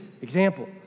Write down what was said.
example